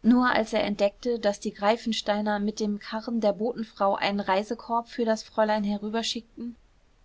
nur als er entdeckte daß die greifensteiner mit dem karren der botenfrau einen reisekorb für das fräulein herüberschickten